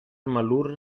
malur